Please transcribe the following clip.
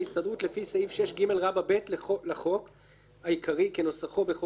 לפי סעיף 6ג(ב) לחוק העיקרי כנוסחו בחוק זה,